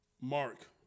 Mark